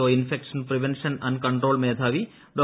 O infection prevention and control മേധാവി ഡോ